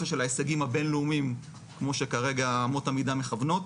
של ההישגים הבינלאומיים כמו שכרגע אמות המידה מכוונות.